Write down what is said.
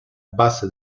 base